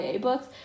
books